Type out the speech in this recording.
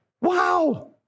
Wow